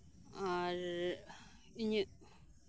ᱟᱨ ᱤᱧᱟᱹᱜ